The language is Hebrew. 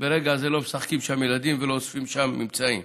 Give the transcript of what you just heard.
שברגע הזה לא משחקים שם ילדים ולא אוספים שם אמצעים.